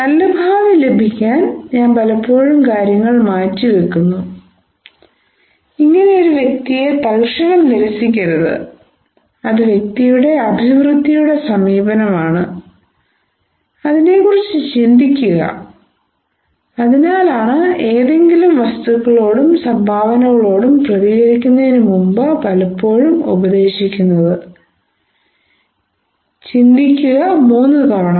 നല്ല ഭാവി ലഭിക്കാൻ ഞാൻ പലപ്പോഴും കാര്യങ്ങൾ മാറ്റിവെക്കുന്നു ഇങ്ങനെ ഒരു വ്യക്തിയെ തൽക്ഷണം നിരസിക്കരുത് അത് വ്യക്തിയുടെ അഭിവൃദ്ധിയുടെ സമീപനമാണ് അതിനെക്കുറിച്ച് ചിന്തിക്കുക അതിനാലാണ് ഏതെങ്കിലും വസ്തുക്കളോടും സംഭവങ്ങളോടും പ്രതികരിക്കുന്നതിന് മുമ്പ് പലപ്പോഴും ഉപദേശിക്കുന്നത് ചിന്തിക്കുക മൂന്ന് തവണ